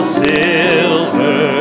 silver